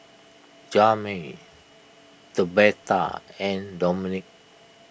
Jami Tabetha and Domenick